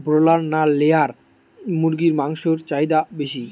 Broiler না layer মুরগির মাংসর চাহিদা বেশি?